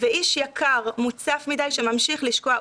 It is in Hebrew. ואיש יקר מוצף מדי שממשיך לשקוע.